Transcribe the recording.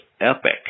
epic